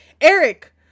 Eric